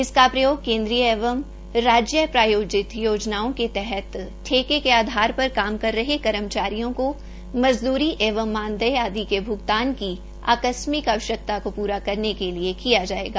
इसका प्रयोग केन्दीय एवं राज्य प्रायोजित योजनाओं के तहत अनुबंध के आधार पर काम कर रहे कर्मचारियों को मजदूरी एवं मानदेय आदि के भुगतान की आकस्मिक आवश्यकता की प्रा करने के लिये किया जायेगा